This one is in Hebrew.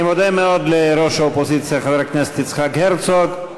אני מודה מאוד לראש האופוזיציה חבר הכנסת יצחק הרצוג.